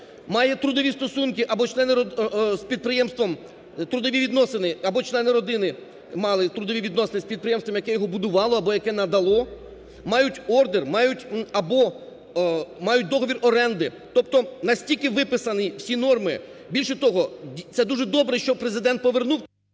трудові відносини або члени родини мали трудові відносини з підприємством, яке його будувало або яке надало, мають ордер, мають… або мають договір оренди. Тобто настільки виписані всі норми. Більше того, це дуже добре, що Президент повернув…